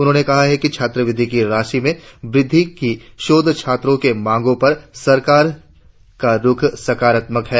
उनहोंने कहा कि छात्रवृत्ति की राशि में वृद्धि की शोध छात्रों के मांग पर सरकार का रुख साकारात्मक है